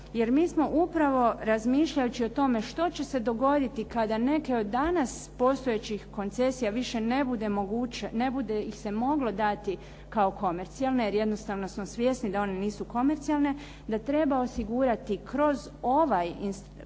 jer mi smo upravo razmišljajući o tome što će se dogoditi kada neke od danas postojećih koncesija više ne bude ih se moglo dati kao komercijalne jer jednostavno smo svjesni da one nisu komercijalne, da treba osigurati kroz